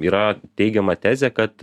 yra teigiama tezė kad